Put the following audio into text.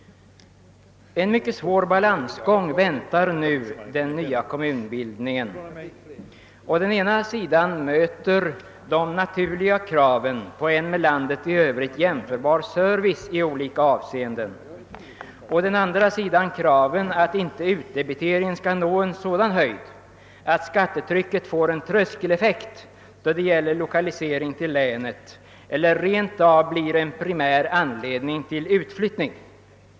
En mycket svår balansgång väntar också den nya kommunbildningen. Ä ena sidan möter de naturliga kraven på en med landet i övrigt jämförbar service i olika avseenden, och å andra sidan möter kravet att utdebiteringen inte skall nå sådan höjd att skattetrycket får en tröskeleffekt då det gäller lokalisering till länet eller rent av blir en primär anledning till utflyttning.